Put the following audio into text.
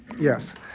Yes